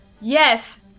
yes